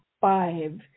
five